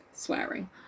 swearing